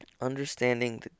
Understanding